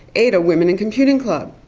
ada women in computing club,